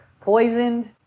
poisoned